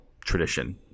tradition